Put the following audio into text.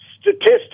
statistics